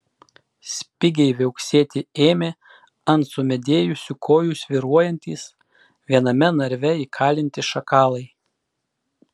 spigiai viauksėti ėmė ant sumedėjusių kojų svyruojantys viename narve įkalinti šakalai